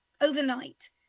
overnight